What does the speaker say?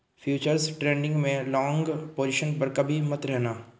futures trading में long position पर कभी मत रहना